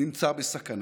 נמצא בסכנה.